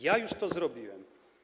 Ja już to zrobiłem.